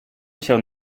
się